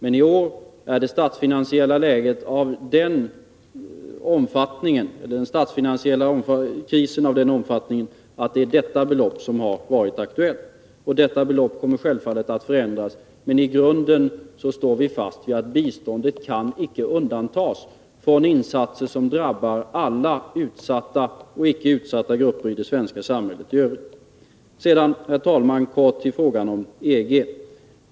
I år är den statsfinansiella krisen sådan att detta belopp har varit aktuellt. Beloppet kommer självfallet att förändras. Men i grunden står vi fast vid att biståndet inte kan undantas från åtgärder som drabbar alla utsatta och icke utsatta grupper i det svenska samhället i övrigt. Sedan, herr talman, till frågan om EG.